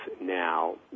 now